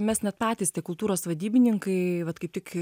mes net patys tie kultūros vadybininkai vat kaip tik